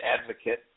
advocate